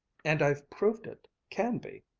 and i've proved it can be.